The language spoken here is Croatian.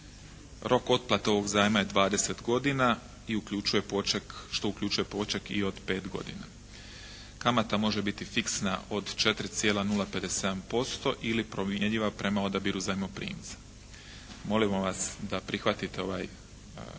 Rok otplate ovog zajma je 20 godina i uključuje poček, što uključuje poček i od 5 godina. Kamata može biti fiksna od 4,057% ili promjenjiva prema odabiru zajmoprimca. Molimo vas da prihvatite ovaj zakon,